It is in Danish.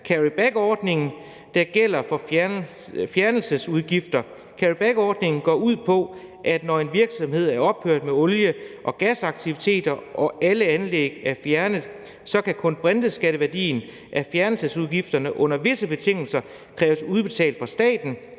carryback-ordning, der gælder for fjernelsesudgifter. Carryback-ordningen går ud på, at når en virksomhed er ophørt med olie- og gasaktiviteter og alle anlæg er fjernet, kan kulbrinteskatteværdien af fjernelsesudgifterne under visse betingelser kræves udbetalt fra staten.